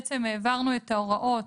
העברנו את ההוראות